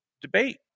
debate